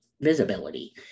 visibility